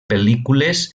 pel·lícules